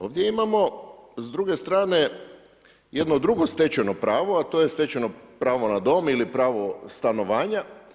Ovdje imamo s druge strane jedno drugo stečajno pravo, a to je stečeno pravo na dom ili pravo stanovanja.